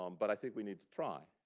um but i think we need to try.